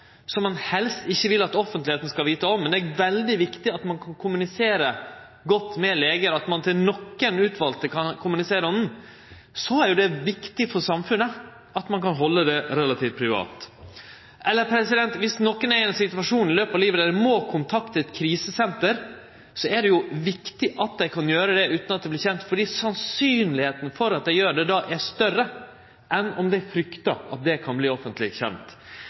som ein helst ikkje vil at det offentlege skal vite om, men det er veldig viktig at ein kan kommunisere godt med legar – at ein til nokre utvalde kan kommunisere om han – så er det viktig for samfunnet at ein kan halde det relativt privat. Eller viss nokre er i ein situasjon i løpet av livet der dei må kontakte eit krisesenter, er det viktig at dei kan gjere det utan at det vert kjent, for det er meir sannsynleg at dei gjer det då, enn om dei fryktar at det kan verte offentleg kjent.